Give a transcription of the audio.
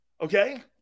Okay